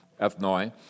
ethnoi